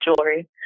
jewelry